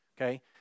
Okay